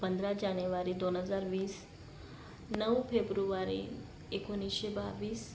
पंधरा जानेवारी दोन हजार वीस नऊ फेब्रुवारी एकोणीसशे बावीस